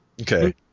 Okay